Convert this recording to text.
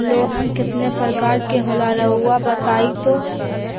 Loan कितने पारकर के होला रऊआ बताई तो?